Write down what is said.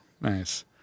nice